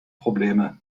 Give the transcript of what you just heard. probleme